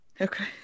okay